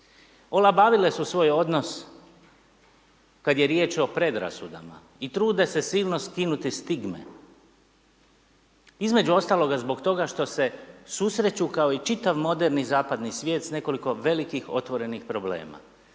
olabavile su svoj odnos kad je riječ o predrasudama i trude se silno skinuti stigme između ostaloga zbog toga što se susreću kao i čitav moderni zapadni svijet s nekoliko velikih otvorenih problema.